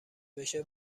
بشه